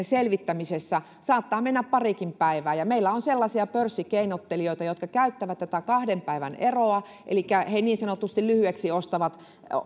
selvittämisessä saattaa mennä parikin päivää ja meillä on sellaisia pörssikeinottelijoita jotka käyttävät tätä kahden päivän eroa elikkä he niin sanotusti lyhyeksi ostavat